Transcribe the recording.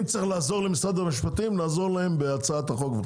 אם צריך, נעזור למשרד המשפטים בהצעת החוק.